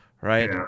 right